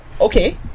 okay